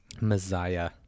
Messiah